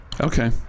Okay